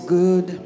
good